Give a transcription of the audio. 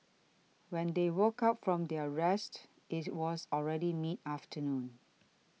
when they woke up from their rest it was already mid afternoon